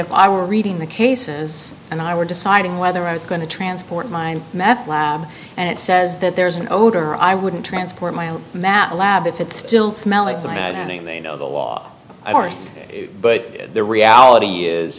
if i were reading the cases and i were deciding whether i was going to transport my meth lab and it says that there's an odor i wouldn't transport my own matlab if it's still smell it's about having the you know the law but the reality is